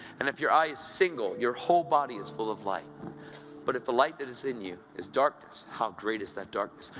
and if your eye is single, your whole body is full of light but if the light that is in you is darkness, how great is that darkness!